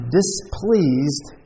displeased